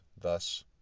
thus